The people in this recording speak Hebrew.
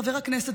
חבר הכנסת,